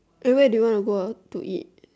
eh where do you want to go ah to eat